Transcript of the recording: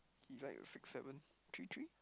it likes six seven three three